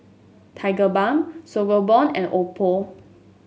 Tigerbalm Sangobion and Oppo